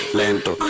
lento